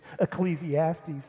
Ecclesiastes